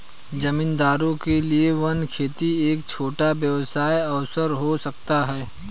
जमींदारों के लिए वन खेती एक छोटा व्यवसाय अवसर हो सकता है